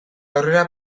aurrera